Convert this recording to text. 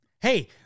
Hey